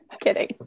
Kidding